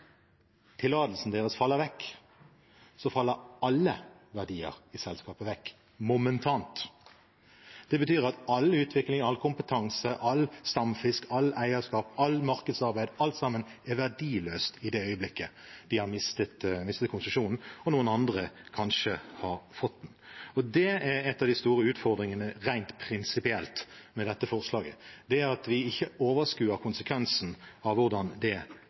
tillatelsen deres faller vekk, faller alle verdier i selskapet vekk momentant. Det betyr at all utvikling, all kompetanse, all stamfisk, alt eierskap, alt markedsarbeid – alt sammen – er verdiløst i det øyeblikket de har mistet konsesjonen og noen andre kanskje har fått den. Det er en av de store utfordringene, rent prinsipielt, med dette forslaget at vi ikke overskuer konsekvensene av hvordan det